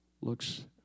looks